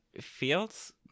feels